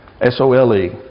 S-O-L-E